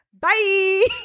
Bye